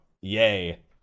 yay